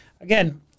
again